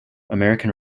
american